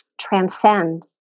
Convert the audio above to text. transcend